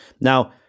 Now